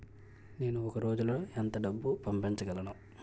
నేను ఒక రోజులో ఎంత డబ్బు పంపించగలను?